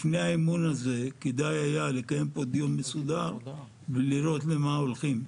לפני האימון הזה כדאי היה לקיים פה דיון מסודר ולראות למה הולכים,